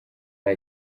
nta